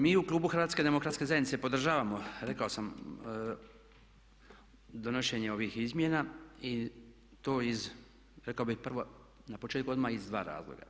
Mi u klubu HDZ-a podržavamo rekao sam donošenje ovih izmjena i to iz rekao bih prvo na početku odmah iz dva razloga.